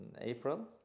April